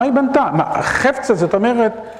מה היא בנתה? , מה, החפץ, זאת אומרת?